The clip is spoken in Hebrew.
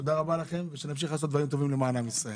תודה רבה לכם ושנמשיך לעשות דברים טובים למען עם ישראל.